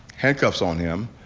handcuffs on him.